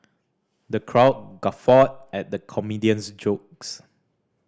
the crowd guffawed at the comedian's jokes